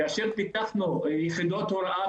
כאשר פיתחנו יחידות הוראה,